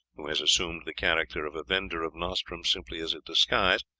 who has assumed the character of a vendor of nostrums simply as a disguise,